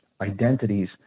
identities